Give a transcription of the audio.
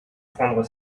prendre